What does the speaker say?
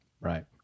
Right